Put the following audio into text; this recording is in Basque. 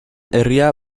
herria